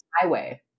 Highway